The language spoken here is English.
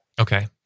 Okay